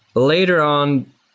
later on,